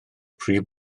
prif